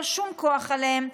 שום כוח עליהם.